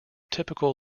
typical